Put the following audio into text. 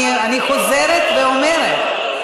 אני חוזרת ואומרת.